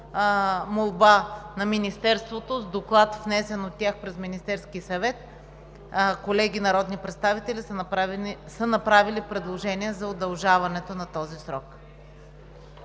молба на Министерството, с доклад, внесен през Министерския съвет, колеги народни представители са направили предложение за удължаването на срока.